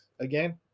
Again